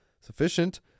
Sufficient